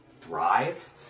thrive